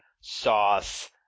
sauce